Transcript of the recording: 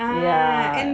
yeah